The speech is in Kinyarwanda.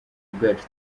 bwacu